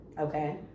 Okay